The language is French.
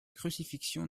crucifixion